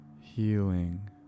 healing